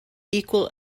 equal